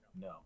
No